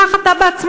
קח אתה בעצמך,